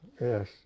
yes